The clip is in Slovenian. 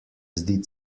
zdi